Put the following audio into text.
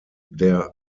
der